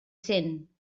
cent